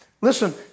Listen